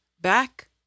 back